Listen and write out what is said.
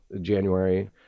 January